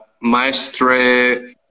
Maestre